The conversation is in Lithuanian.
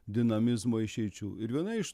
dinamizmo išeičių ir viena iš